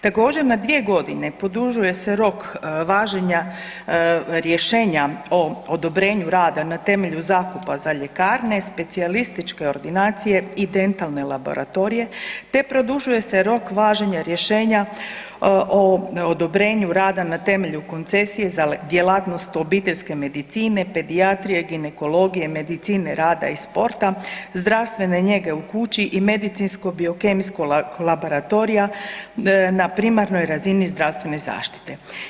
Također, na 2 g. produžuje se rok važenja rješenja o odobrenju rada na temelju zakupa za ljekarne, specijalističke ordinacije i dentalne laboratorije te produžuje se rok važenja rješenja o odobrenju rada na temelju koncesije za djelatnost obiteljske medicine, pedijatrije, ginekologije, medicine rada i sporta, zdravstvene njege u kući i medicinsko-biokemijskog laboratorija na primarnoj razini zdravstvene zaštite.